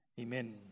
Amen